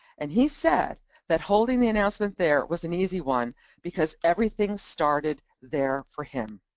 and he said that holding the announcement there was an easy one because everything started there for him.